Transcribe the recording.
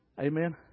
Amen